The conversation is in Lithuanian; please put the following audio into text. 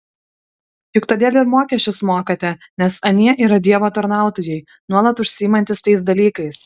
juk todėl ir mokesčius mokate nes anie yra dievo tarnautojai nuolat užsiimantys tais dalykais